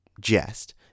jest